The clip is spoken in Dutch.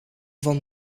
van